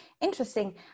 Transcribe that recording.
Interesting